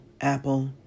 Apple